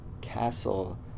castle